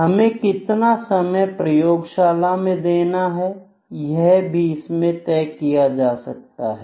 हमें कितना समय प्रयोगशाला में देना है यह भी इसमें तय किया जा सकता है